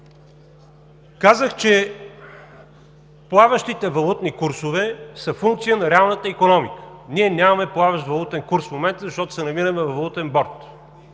казах, че плаващите валутни курсове са функция на реалната икономика. Ние нямаме плаващ валутен курс в момента, защото се намираме във валутен борд.